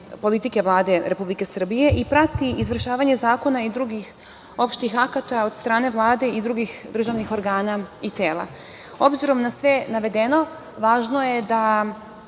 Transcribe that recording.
politike Vlade Republike Srbije i prati izvršavanje zakona i drugih opštih akata od strane Vlade i drugih državnih organa i tela. Obzirom na sve navedeno važno je da